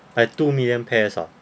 like two million pairs ah